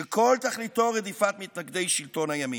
שכל תכליתו רדיפת מתנגדי שלטון הימין.